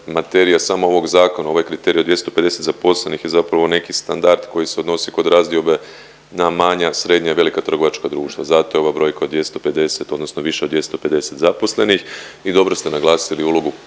materija samog ovog Zakona, ovo je kriterij o 250 zaposlenih i zapravo neki standard koji se odnosi kod razdiobe na manja, srednja i velika trgovačka društva, zato je ova brojka od 250 odnosno više od 250 zaposlenih i dobro ste naglasili ulogu